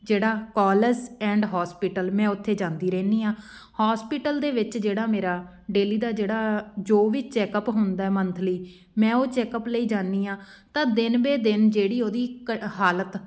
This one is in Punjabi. ਜਿਹੜਾ ਕੋਲੇਜ ਐਂਡ ਹੋਸਪੀਟਲ ਮੈਂ ਉੱਥੇ ਜਾਂਦੀ ਰਹਿੰਦੀ ਹਾਂ ਹੋਸਪੀਟਲ ਦੇ ਵਿੱਚ ਜਿਹੜਾ ਮੇਰਾ ਡੇਲੀ ਦਾ ਜਿਹੜਾ ਜੋ ਵੀ ਚੈੱਕਅਪ ਹੁੰਦਾ ਮੰਥਲੀ ਮੈਂ ਉਹ ਚੈੱਕਅਪ ਲਈ ਜਾਂਦੀ ਹਾਂ ਤਾਂ ਦਿਨ ਬੇ ਦਿਨ ਜਿਹੜੀ ਉਹਦੀ ਕ ਹਾਲਤ